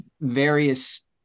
various